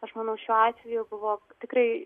aš manau šiuo atveju buvo tikrai